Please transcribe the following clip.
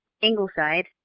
Ingleside